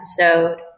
episode